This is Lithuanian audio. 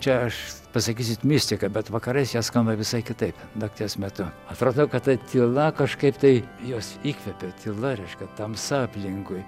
čia aš pasakysit mistika bet vakarais jie skamba visai kitaip nakties metu atradau kad ta tyla kažkaip tai juos įkvepia tyla reiškia tamsa aplinkui